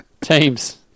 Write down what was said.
Teams